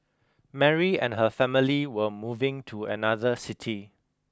Mary and her family were moving to another city